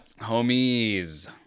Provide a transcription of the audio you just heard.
homies